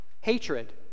Hatred